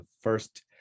first